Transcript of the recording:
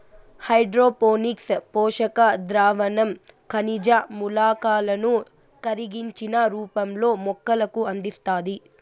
hydroponics పోషక ద్రావణం ఖనిజ మూలకాలను కరిగించిన రూపంలో మొక్కలకు అందిస్తాది